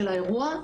האירוע.